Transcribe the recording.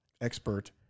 expert